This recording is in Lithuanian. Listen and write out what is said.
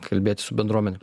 kalbėt su bendruomene